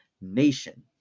nation